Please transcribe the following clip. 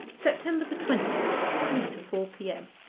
september the twentieth. three to four p m.